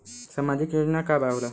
सामाजिक योजना का होला?